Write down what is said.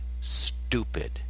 stupid